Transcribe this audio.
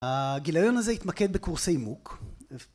הגיליון הזה יתמקד בקורסי מוק.